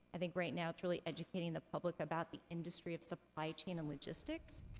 i think right now it's really educating the public about the industry of supply chain and logistics.